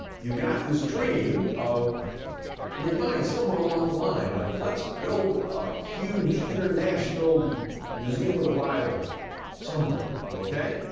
you've got this dream of your mind somewhere along the line, of let's build a huge international museum of the bible somewhere, okay?